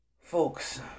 folks